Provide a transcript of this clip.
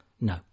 No